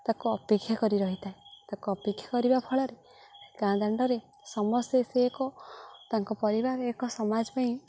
ତାକୁ ଅପେକ୍ଷା କରି ରହିଥାଏ ତାକୁ ଅପେକ୍ଷା କରିବା ଫଳରେ ଗାଁ ଦାଣ୍ଡରେ ସମସ୍ତେ ସେ ଏକ ତାଙ୍କ ପରିବାର ଏକ ସମାଜ ପାଇଁ